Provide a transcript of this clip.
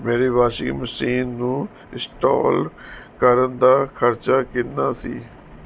ਮੇਰੀ washing machine ਨੂੰ install ਕਰਨ ਦਾ ਖਰਚਾ ਕਿੰਨਾ ਸੀ